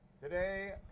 Today